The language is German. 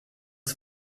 des